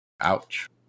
Ouch